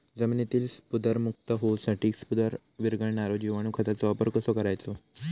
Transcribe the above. जमिनीतील स्फुदरमुक्त होऊसाठीक स्फुदर वीरघळनारो जिवाणू खताचो वापर कसो करायचो?